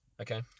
Okay